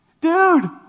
Dude